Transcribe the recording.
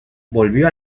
volvió